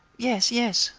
yes, yes,